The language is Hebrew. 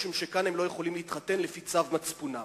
משום שכאן הם לא יכולים להתחתן על-פי צו מצפונם.